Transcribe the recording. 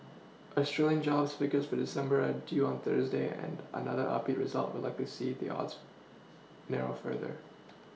Australian jobs figures for December are due on Thursday and another upbeat result would likely see the odds narrow further